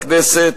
בוועדת הכנסת,